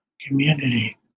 community